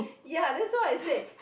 ya that's why I said